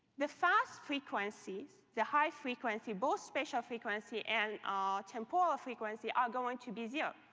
the fast frequencies, the high frequency, both spatial frequency and ah temporal frequency, are going to be zero.